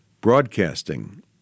broadcasting